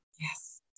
Yes